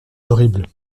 horrible